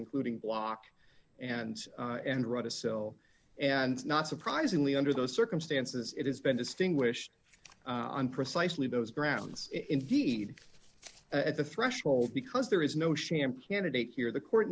including bloc and and right a sill and not surprisingly under those circumstances it has been distinguished on precisely those grounds indeed at the threshold because there is no shampoo candidate here the court